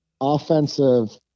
offensive